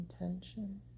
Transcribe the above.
intention